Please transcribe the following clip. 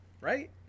Right